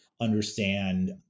understand